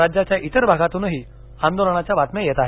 राज्याच्या इतर भागातूनही आंदोलनाच्या बातम्या येत आहेत